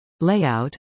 layout